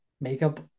makeup